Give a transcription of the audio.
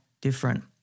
different